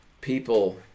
People